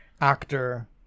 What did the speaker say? actor